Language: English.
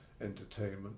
entertainment